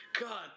God